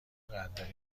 قدردانی